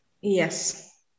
Yes